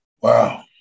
Wow